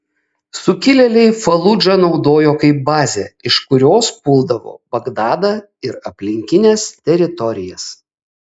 sukilėliai faludžą naudojo kaip bazę iš kurios puldavo bagdadą ir aplinkines teritorijas